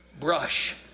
brush